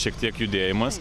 šiek tiek judėjimas